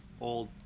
old